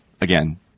again